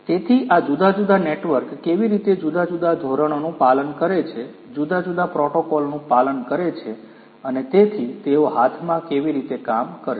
તેથી આ જુદા જુદા નેટવર્ક કેવી રીતે જુદા જુદા ધોરણોનું પાલન કરે છે જુદા જુદા પ્રોટોકોલનું પાલન કરે છે અને તેથી તેઓ હાથમાં કેવી રીતે કામ કરશે